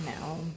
No